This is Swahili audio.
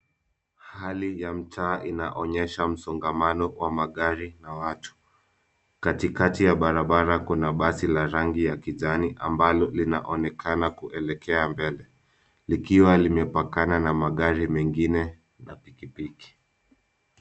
Hali ya mtaa inaonyesha msongamano wa magari na watu. Katikati ya barabara kuna basi la rangi ya kijani ambalo linaonekana kuelekea mbele, likiwa limepakana na magari mengine na pikipiki.